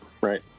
right